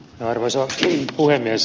arvoisa puhemies